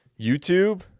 YouTube